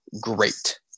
great